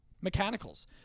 mechanicals